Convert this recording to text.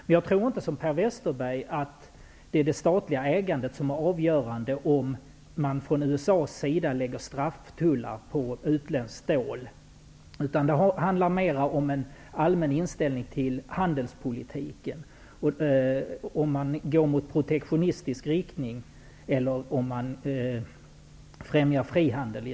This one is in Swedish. Men jag tror inte, som Per Westerberg, att det statliga ägandet är avgörande när USA lägger strafftullar på utländskt stål. Det handlar mer om en allmän inställning till handelspolitiken -- om USA utvecklas i protektionistisk riktning eller främjar frihandel.